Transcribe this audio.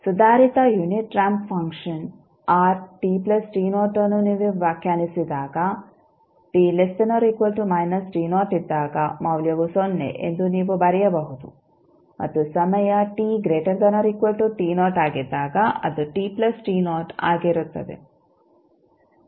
ಸುಧಾರಿತ unit ramp function ಅನ್ನು ನೀವು ವ್ಯಾಖ್ಯಾನಿಸಿದಾಗ ಇದ್ದಾಗ ಮೌಲ್ಯವು ಸೊನ್ನೆ ಎಂದು ಬರೆಯಬಹುದು ಮತ್ತು ಸಮಯಆಗಿದ್ದಾಗ ಅದು ಆಗಿರುತ್ತದೆ